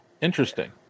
interesting